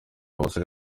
basore